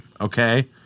Okay